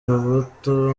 rubuto